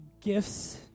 gifts